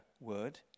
word